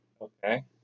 Okay